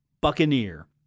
Buccaneer